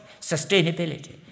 sustainability